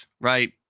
right